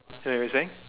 ya you saying